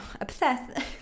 obsessed